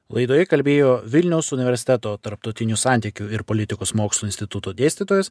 laidoje kalbėjo vilniaus universiteto tarptautinių santykių ir politikos mokslų instituto dėstytojas